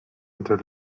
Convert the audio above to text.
entre